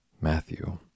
Matthew